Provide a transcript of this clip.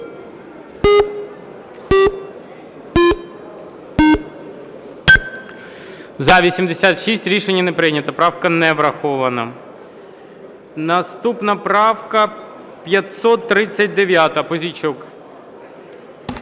За-86 Рішення не прийнято. Правка не врахована. Наступна правка 539. Пузійчук.